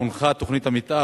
הונחה תוכנית המיתאר,